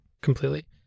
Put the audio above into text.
completely